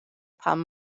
pan